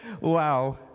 Wow